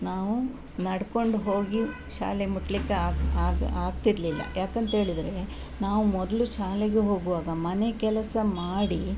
ನಾವು ನಡ್ಕೊಂಡು ಹೋಗಿ ಶಾಲೆ ಮುಟ್ಟಲಿಕ್ಕೆ ಆಗಿ ಆಗಿ ಆಗ್ತಿರಲಿಲ್ಲ ಯಾಕಂತೇಳಿದರೆ ನಾವು ಮೊದಲು ಶಾಲೆಗೆ ಹೋಗುವಾಗ ಮನೆ ಕೆಲಸ ಮಾಡಿ